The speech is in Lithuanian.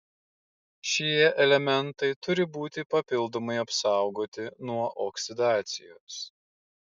šie elementai turi būti papildomai apsaugoti nuo oksidacijos